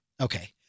Okay